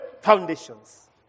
foundations